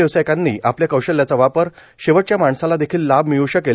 व्यावसायिकांनी आपल्या कौशल्याचा वापर शेवटच्या माणसाला देखील लाभ मिळू शकेल